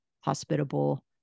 hospitable